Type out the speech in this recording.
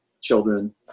children